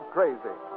Crazy